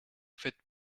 faites